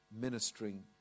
ministering